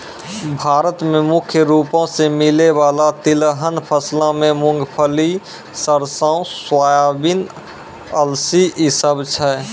भारत मे मुख्य रूपो से मिलै बाला तिलहन फसलो मे मूंगफली, सरसो, सोयाबीन, अलसी इ सभ छै